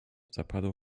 zapadło